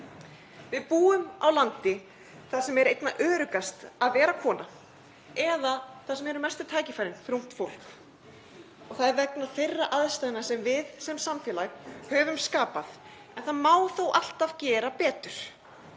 Við búum á landi þar sem er einna öruggast að vera kona og þar sem eru mestu tækifærin fyrir ungt fólk. Það er vegna þeirra aðstæðna sem við sem samfélag höfum skapað, en það má þó alltaf gera betur.